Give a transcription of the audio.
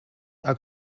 are